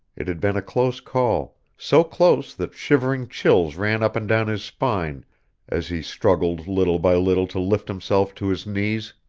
it had been a close call, so close that shivering chills ran up and down his spine as he struggled little by little to lift himself to his knees.